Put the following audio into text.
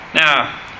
Now